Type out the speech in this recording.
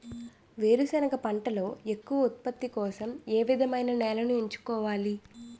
వేరుసెనగ పంటలో ఎక్కువ ఉత్పత్తి కోసం ఏ విధమైన నేలను ఎంచుకోవాలి?